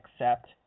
accept